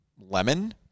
lemon